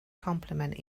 compliment